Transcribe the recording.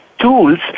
Tools